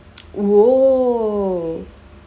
!whoa!